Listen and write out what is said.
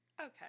Okay